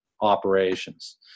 operations